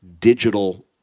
digital